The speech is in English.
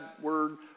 word